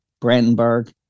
Brandenburg